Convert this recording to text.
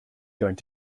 going